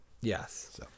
Yes